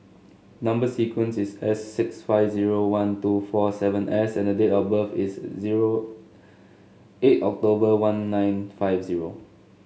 number sequence is S six five zero one two four seven S and the date of birth is zero eight October one nine five zero